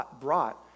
brought